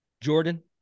Jordan